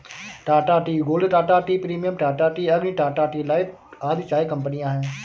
Tata tea gold, Tata tea premium, Tata tea Agni, Tata tea life आदि चाय कंपनियां है